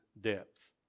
depth